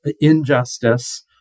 injustice